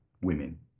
women